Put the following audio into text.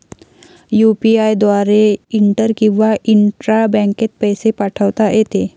UPI द्वारे inter किंवा intra बँकेत पैसे पाठवता येते